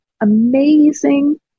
amazing